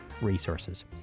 resources